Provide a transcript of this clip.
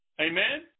Amen